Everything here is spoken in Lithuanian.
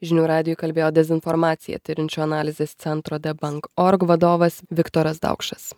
žinių radijui kalbėjo dezinformaciją tiriančio analizės centro debunk org vadovas viktoras daukšas